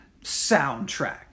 soundtrack